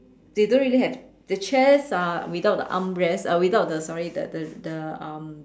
they don't really have the chairs are without the armrest uh without the sorry the the the um